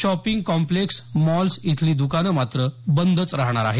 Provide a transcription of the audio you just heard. shopping complex malls इथली दुकानं मात्र बंदच राहणार आहेत